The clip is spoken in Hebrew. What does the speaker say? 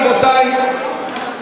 רבותי,